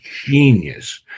genius